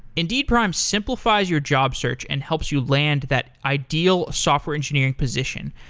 indeed prime simplifies your job search and helps you land that ideal software engineering position.